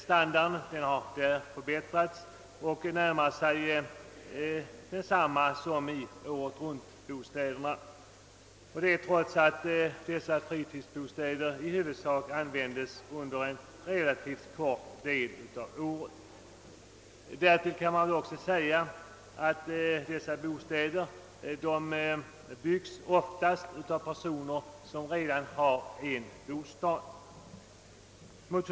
Standarden har förbättrats och närmar sig den som råder i åretruntbostäderna, trots att fritidsbostäderna i huvudsak används under endast en relativt liten del av året. Dessa bostäder byggs oftast av personer vilka redan har en bostad.